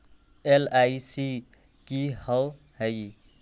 LIC की होअ हई?